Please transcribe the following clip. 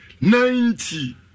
ninety